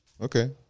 Okay